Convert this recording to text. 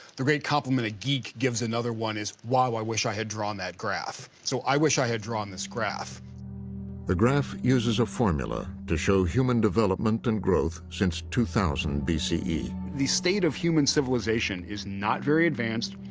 the great compliment a geek gives another one is, wow, i wish i had drawn that graph. so, i wish i had drawn this graph. narrator the graph uses a formula to show human development and growth since two thousand bce. ah the state of human civilization is not very advanced,